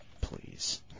Please